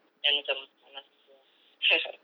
then macam malas gitu ah